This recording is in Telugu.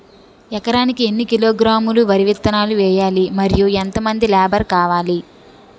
ఎకరానికి ఎన్ని కిలోగ్రాములు వరి విత్తనాలు వేయాలి? మరియు ఎంత మంది లేబర్ కావాలి?